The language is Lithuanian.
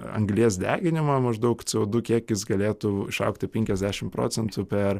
anglies deginimą maždaug du kiekis galėtų išaugti penkiasdešimt procentų per